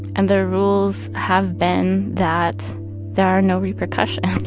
and the rules have been that there are no repercussions.